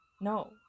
No